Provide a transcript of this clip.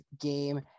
game